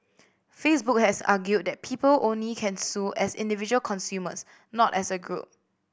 Facebook has argued that people only can sue as individual consumers not as a group